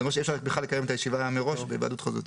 זה אומר שמראש אי אפשר לקיים את הישיבה בהיוועדות חזותית.